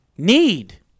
need